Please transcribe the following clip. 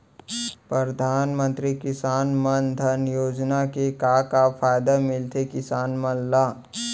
परधानमंतरी किसान मन धन योजना के का का फायदा मिलथे किसान मन ला?